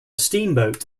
steamboat